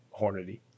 Hornady